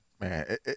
Man